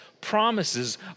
promises